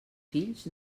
fills